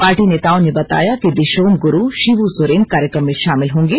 party नेताओं ने बताया कि दिशोम गुरु शिबू सोरेन कार्यक्रम में शामिल होंगे